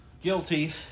Guilty